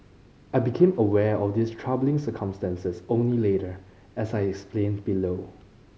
I became aware of these troubling circumstances only later as I explain below